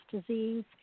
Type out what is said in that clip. disease